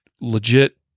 legit